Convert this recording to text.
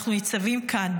אנחנו ניצבים כאן,